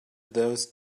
those